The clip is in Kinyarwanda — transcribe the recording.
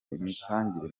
imitangire